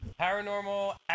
Paranormal